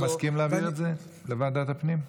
אתה מסכים להעביר את זה לוועדת הפנים?